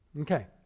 Okay